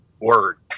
word